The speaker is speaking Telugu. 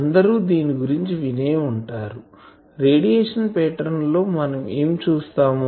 అందరు దీని గురించి వినే వుంటారు రేడియేషన్ పాటర్న్ లో మనం ఏమి చూస్తాము